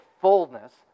fullness